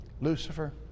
Lucifer